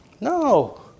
No